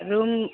room